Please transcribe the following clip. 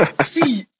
see